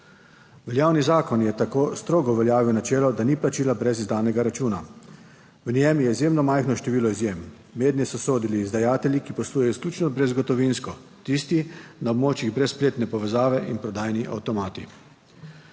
Veljavni zakon je tako strogo uveljavil načelo, da ni plačila brez izdanega računa. V njem je izjemno majhno število izjem, mednje so sodili izdajatelji, ki poslujejo izključno brezgotovinsko, tisti na območjih brez spletne povezave in prodajni avtomati.